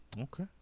Okay